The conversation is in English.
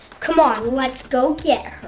come on. let's go get her.